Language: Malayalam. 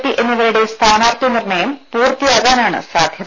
പി എന്നിവരുടെ സ്ഥാനാർഥി നിർണയം പൂർത്തിയാകാനാണ് സാധ്യത